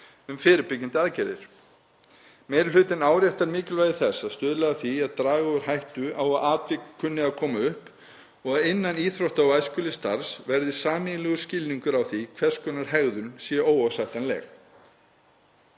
um fyrirbyggjandi aðgerðir. Meiri hlutinn áréttar mikilvægi þess að stuðla að því að draga úr hættu á að atvik kunni að koma upp og að innan íþrótta- og æskulýðsstarfs verði sameiginlegur skilningur á því hvers konar hegðun sé óásættanleg.